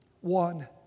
One